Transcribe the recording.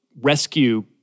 rescue